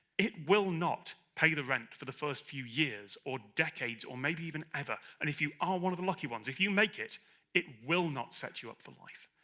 it will not pay the rent for the first few years, or decades, or maybe even ever. and if you are one of the lucky ones if you make it it will not set you up for life.